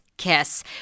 kiss